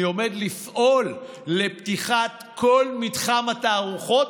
אני עומד לפעול לפתיחת כל מתחם התערוכות,